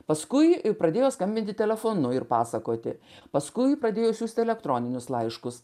paskui pradėjo skambinti telefonu ir pasakoti paskui pradėjo siųsti elektroninius laiškus